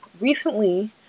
recently